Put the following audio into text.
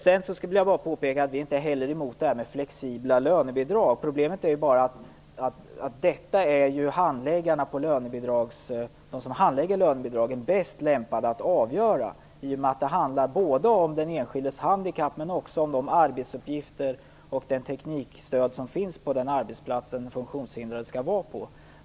Vi är inte emot de flexibla lönebidragen. Det är bara det att de som är bäst lämpade att avgöra detta är de som handlägger lönebidragen i och med att det handlar både om den enskildes handikapp och om de arbetsuppgifter och det teknikstöd som finns på den funktionshindrades arbetsplats.